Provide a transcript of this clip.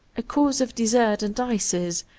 a course of dessert and ices,